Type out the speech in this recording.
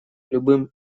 любым